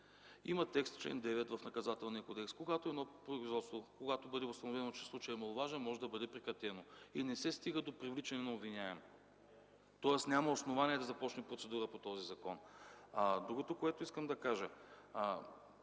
кодекс, когато едно производство, когато бъде установено, че случаят е маловажен, може да бъде прекратено и не се стига до привличане на обвиняем, тоест няма основание да започне процедура по този закон. Другото, което искам да кажа